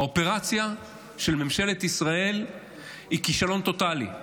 האופרציה של ממשלת ישראל היא כישלון טוטלי,